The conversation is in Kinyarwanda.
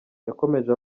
yakomeje